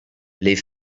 les